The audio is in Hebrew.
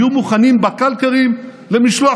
היו מוכנים בקלקרים למשלוח,